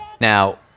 now